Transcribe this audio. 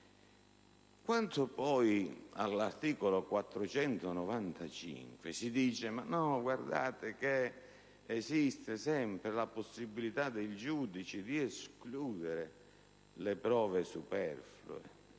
Quanto poi all'articolo 495, si dice che esiste sempre la possibilità per i giudici di escludere le prove superflue.